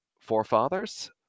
forefathers